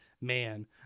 man